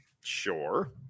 Sure